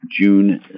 June